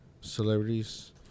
celebrities